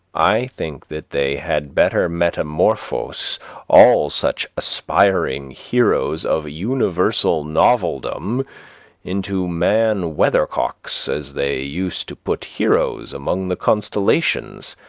i think that they had better metamorphose all such aspiring heroes of universal noveldom into man weather-cocks, as they used to put heroes among the constellations,